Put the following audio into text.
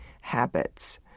habits